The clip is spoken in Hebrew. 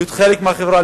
להיות חלק מהחברה,